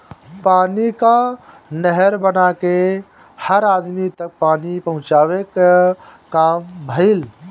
पानी कअ नहर बना के हर अदमी तक पानी पहुंचावे कअ काम भइल